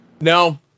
No